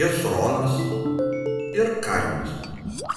hecronas ir karmis